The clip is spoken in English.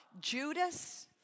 Judas